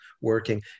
working